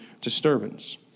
disturbance